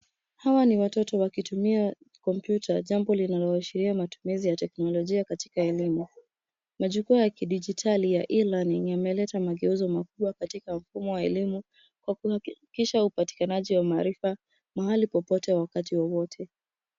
Hawa ni watoto wakitumia kompyuta, jambo linaloashiria matumizi ya teknolojia katika elimu. Majukwaa ya kidijitali ya E-learning , yameleta mageuzo makubwa katika mfumo wa elimu, kwa kuhakikisha upatikanaji wa maarifa, mahali popote wakati wowote.